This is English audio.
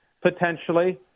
potentially